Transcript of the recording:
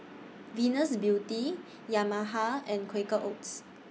Venus Beauty Yamaha and Quaker Oats